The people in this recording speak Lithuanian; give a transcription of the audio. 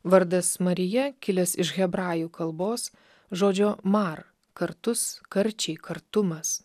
vardas marija kilęs iš hebrajų kalbos žodžio mar kartus karčiai kartumas